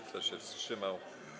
Kto się wstrzymał?